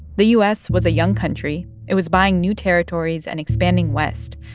the u s. was a young country. it was buying new territories and expanding west.